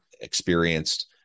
experienced